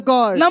God